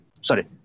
sorry